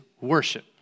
worship